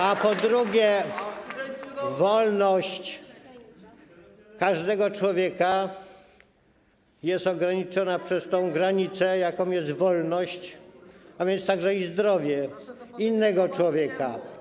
A po drugie, wolność każdego człowieka jest ograniczona przez tę granicę, jaką jest wolność, a więc także i zdrowie, innego człowieka.